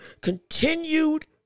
continued